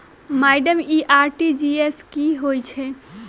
Madam इ RTGS की होइ छैय?